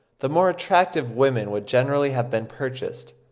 the more attractive women would generally have been purchased.